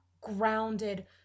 grounded